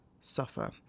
suffer